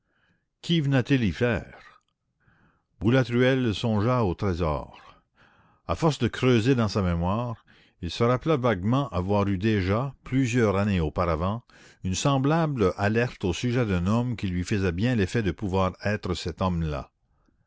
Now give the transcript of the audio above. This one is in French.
qu'y venait-il faire boulatruelle songea au trésor à force de creuser dans sa mémoire il se rappela vaguement avoir eu déjà plusieurs années auparavant une semblable alerte au sujet d'un homme qui lui faisait bien l'effet de pouvoir être cet homme-là